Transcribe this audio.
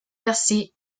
percé